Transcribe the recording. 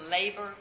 labor